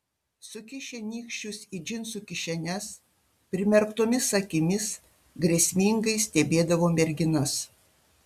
sukišę nykščius į džinsų kišenes primerktomis akimis grėsmingai stebėdavo merginas